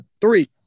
Three